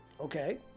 Okay